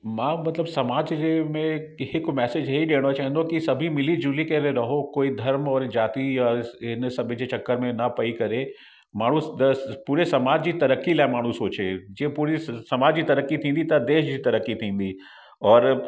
मां मतिलबु समाज जे में हिकु मैसेज इहो ई ॾियणो चाहींदो की सभी मिली जुली करे रहो कोई धर्म और ज़ाति हिन सभु जे चकर में न पई करे माण्हूं द पूरे समाज जी तरक्की लाइ माण्हूं सोचे जीअं पूरी स समाज ई तरक्की थींदी त देश जी तरक्की थींदी और